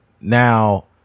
Now